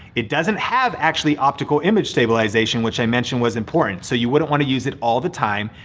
it doesn't have actually optical image stabilization which i mentioned was important, so you wouldn't wanna use it all the time.